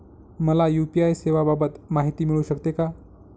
मला यू.पी.आय सेवांबाबत माहिती मिळू शकते का?